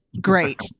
great